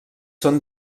són